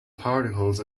particles